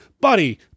buddy